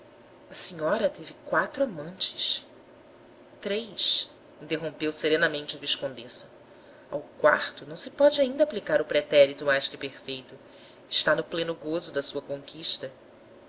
a senhora teve quatro amantes três interrompeu serenamente a viscondessa ao quarto não se pode ainda aplicar o pretérito mais que perfeito está no pleno gozo da sua conquista